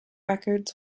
records